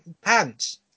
pants